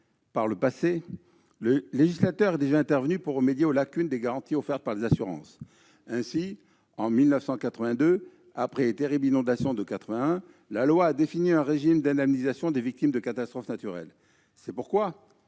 par le passé, le législateur est déjà intervenu pour remédier aux lacunes des garanties offertes par les assurances. Ainsi, en 1982, après les terribles inondations de 1981, la loi a défini un régime d'indemnisation des victimes de catastrophes naturelles. C'est pourquoi